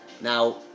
Now